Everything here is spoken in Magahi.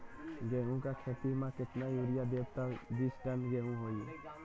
गेंहू क खेती म केतना यूरिया देब त बिस टन गेहूं होई?